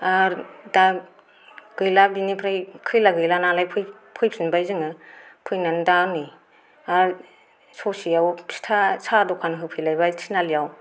आरो दा गैला बेनिफ्राय खैला गैला नालाय फैफिनबाय जोङो फैनानै दा नै आरो ससेआव फिथा साहा दखान होफैलायबाय थिनालिआव